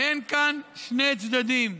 אין כאן שני צדדים.